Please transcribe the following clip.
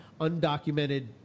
undocumented